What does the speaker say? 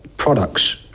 products